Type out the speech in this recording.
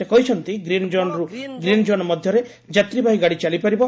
ସେ କହିଛନ୍ତି ଗ୍ରୀନ୍ ଜୋନ୍ରୁ ଗ୍ରୀନ୍ ଜୋନ୍ ମଧ୍ୟରେ ଯାତ୍ରୀବାହୀ ଗାଡି ଚାଲିପାରିବ